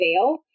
fail